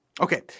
Okay